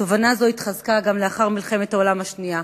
תובנה זו התחזקה גם לאחר מלחמת העולם השנייה.